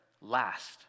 last